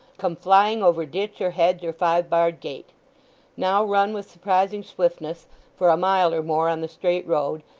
come flying over ditch or hedge or five-barred gate now run with surprising swiftness for a mile or more on the straight road,